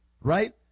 right